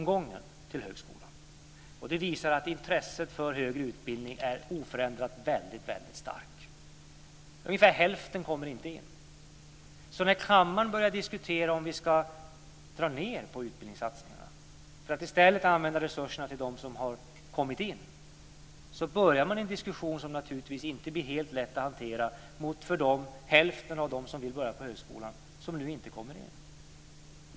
Det visar att intresset för högre utbildning är oförändrat väldigt starkt. Ungefär hälften kommer inte in. När kammaren börjar diskutera om vi ska dra ned på utbildningssatsningarna för att i stället använda resurserna till dem som har kommit in, börjar man en diskussion som naturligtvis inte blir helt lätt att hantera inför hälften av dem som vill börja på högskolan men som nu inte kommer in.